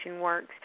works